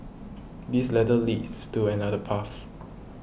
this ladder leads to another path